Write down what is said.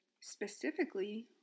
specifically